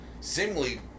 seemingly